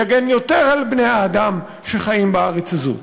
יגן יותר על בני-האדם שחיים בארץ הזאת,